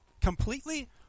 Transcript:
completely